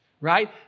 right